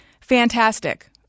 fantastic